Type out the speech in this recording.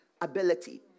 ability